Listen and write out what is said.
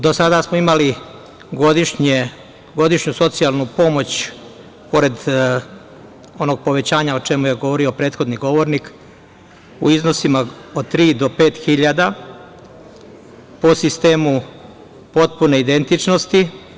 Do sada smo imali godišnju socijalnu pomoć pored onog povećanja, o čemu je govorio prethodni govornik, u iznosima od tri do pet hiljada po sistemu potpune identičnosti.